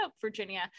Virginia